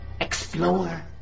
Explore